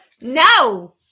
No